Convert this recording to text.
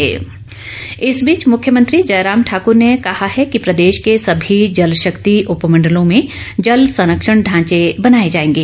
मुख्यमंत्री इस बीच मुख्यमंत्री जयराम ठाकर ने कहा है कि प्रदेश के सभी जल शक्ति उपमंडलों में जल संरक्षण ढांचे बनाए जाएंगे